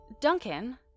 Duncan